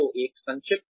तो एक संक्षिप्त